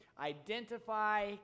identify